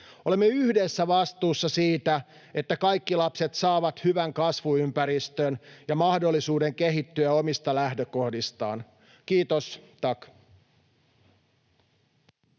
Olemme yhdessä vastuussa siitä, että kaikki lapset saavat hyvän kasvuympäristön ja mahdollisuuden kehittyä omista lähtökohdistaan. — Kiitos,